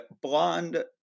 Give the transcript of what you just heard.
blonde